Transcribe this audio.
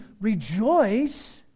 rejoice